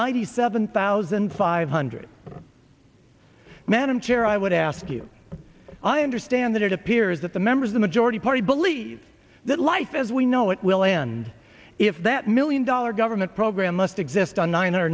ninety seven thousand five hundred manager i would ask you i understand that it appears that the members the majority party believe that life as we know it will end if that million dollar government program must exist on nine hundred